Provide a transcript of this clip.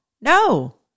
No